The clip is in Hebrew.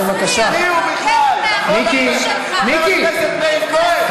מי הוא בכלל, מי זה הקריית-גתי הזה?